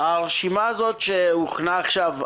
הרשימה הזאת שהוכנה עכשיו,